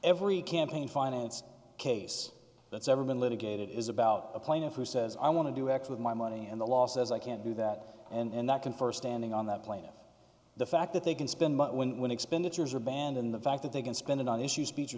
every campaign finance case that's ever been litigated is about a plaintiff who says i want to do x with my money and the law says i can't do that and that confer standing on that plane and the fact that they can spend money when expenditures are banned in the fact that they can spend it on issues speech or